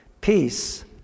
peace